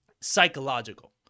psychological